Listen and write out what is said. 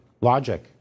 Logic